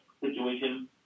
situation